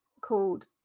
called